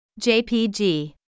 JPG